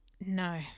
No